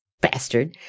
Bastard